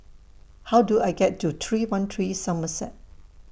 How Do I get to three one three Somerset